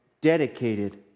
dedicated